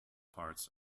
parts